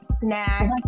snack